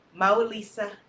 Maulisa